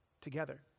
together